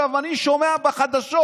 אני שומע בחדשות,